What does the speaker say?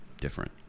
different